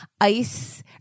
ice